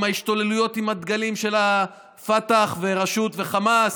בהשתוללויות עם הדגלים של הפתח והרשות והחמאס,